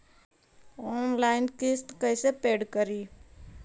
Online किस्त कैसे paid करि?